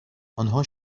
آنها